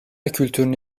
kültürünü